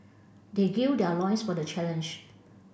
they their loins for the challenge